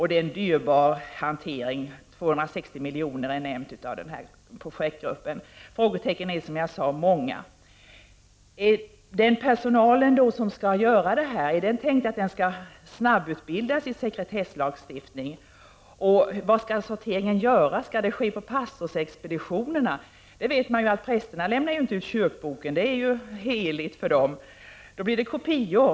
Det är en dyrbar hantering, 260 milj.kr. har nämnts av POFF. Frågetecknen är många. Är denna personal tänkt att snabbutbildas i sekretesslagstiftning? Hur och var skall sorteringen göras? Skall det ske på pastorsexpeditioenrna? Man vet ju att prästerna ej lämnar ut kyrkoböckerna, som är heliga för dem. Då blir det fråga om kopior.